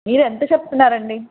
మీరు ఎంత చెప్తున్నారు అండి